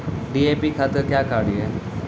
DAP खाद का क्या कार्य हैं?